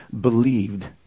believed